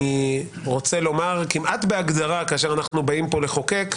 אני רוצה לומר כמעט בהגדרה כאשר אנחנו באים פה לחוקק,